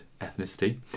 ethnicity